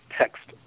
text